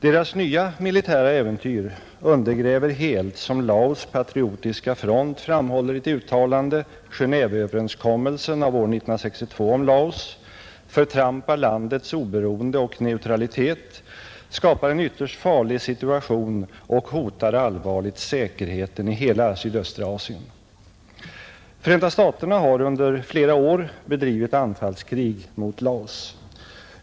Deras nya militära äventyr ”undergräver helt” — som Laos” patriotiska front framhåller i ett uttalandet — ”Genéveöverenskommelsen av år 1962 om Laos, förtrampar landets oberoende och neutralitet, skapar en ytterst farlig situation och hotar allvarligt säkerheten i hela sydöstra Asien”. Förenta staterna har under flera år bedrivit anfallskrig mot Laos.